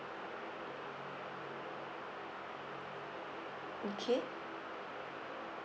okay